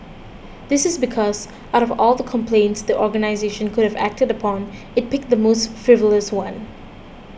this is because out of all the complaints the organisation could have acted upon it picked the most frivolous one